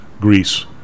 Greece